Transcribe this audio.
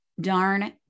darn